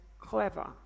clever